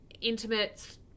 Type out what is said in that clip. intimate